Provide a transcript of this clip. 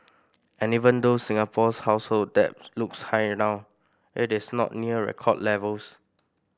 and even though Singapore's household debt looks high now it is not near record levels